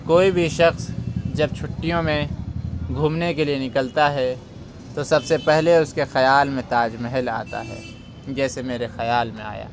کوئی بھی شخص جب چھٹیوں میں گھومنے کے لیے نکلتا ہے تو سب سے پہلے اس کے خیال میں تاج محل آتا ہے جیسے میرے خیال میں آیا